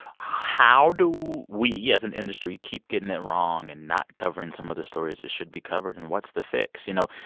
how do we, as an industry, keep getting it wrong and not covering some of the stories that should be covered? and what's the fix? you know,